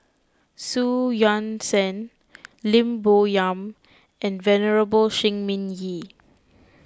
Xu Yuan Zhen Lim Bo Yam and Venerable Shi Ming Yi